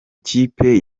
ikipe